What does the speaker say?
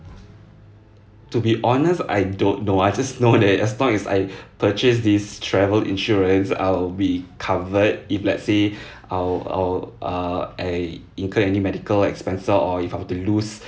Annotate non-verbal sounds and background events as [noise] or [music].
to be honest I don't know I just know that [laughs] as long as I [breath] purchase these travel insurance I'll be covered if let's say [breath] I'll I'll uh eh incur any medical expenses or if I were to lose